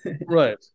Right